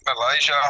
Malaysia